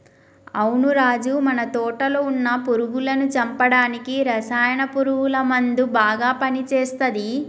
అవును రాజు మన తోటలో వున్న పురుగులను చంపడానికి రసాయన పురుగుల మందు బాగా పని చేస్తది